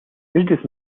اجلس